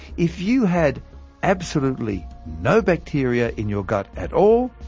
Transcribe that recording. if you had absolutely no bacteria in your gut at all,